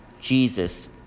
jesus